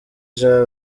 jean